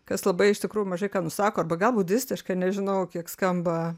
kas labai iš tikrų mažai ką nusako arba gal budistiška nežinau kiek skamba